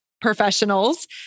professionals